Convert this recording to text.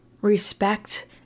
respect